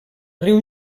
riu